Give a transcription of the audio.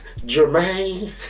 Jermaine